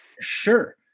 Sure